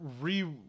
re